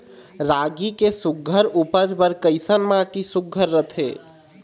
रागी के सुघ्घर उपज बर कैसन माटी सुघ्घर रथे?